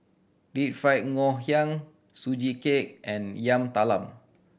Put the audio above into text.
Deep Fried Ngoh Hiang Sugee Cake and Yam Talam